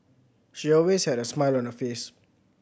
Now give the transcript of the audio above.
she always had a smile on her face